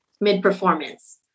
mid-performance